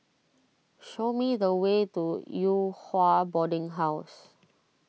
show me the way to Yew Hua Boarding House